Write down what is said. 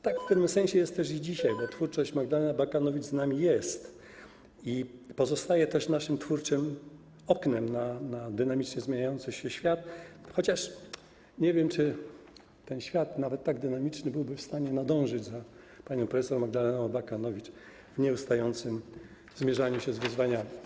Tak w pewnym sensie jest też i dzisiaj, bo twórczość Magdaleny Abakanowicz z nami jest i pozostaje też naszym twórczym oknem na dynamicznie zmieniający się świat, chociaż nie wiem, czy ten świat, nawet tak dynamiczny, byłby w stanie nadążyć za panią prof. Magdaleną Abakanowicz w nieustającym zmierzaniu się z wyzwaniami.